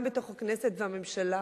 גם בתוך הכנסת והממשלה,